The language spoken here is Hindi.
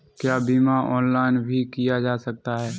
क्या बीमा ऑनलाइन भी किया जा सकता है?